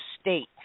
state